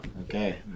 Okay